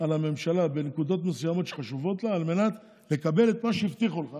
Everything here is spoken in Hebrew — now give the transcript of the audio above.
על הממשלה בנקודות מסוימות שחשובות לה על מנת לקבל את מה שהבטיחו לך,